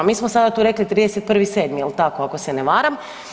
Mi smo sada tu rekli 31.7., jel tako, ako se ne varam.